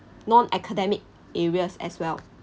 non academic areas as well